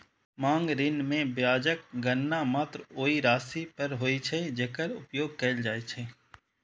मांग ऋण मे ब्याजक गणना मात्र ओइ राशि पर होइ छै, जेकर उपयोग कैल जाइ छै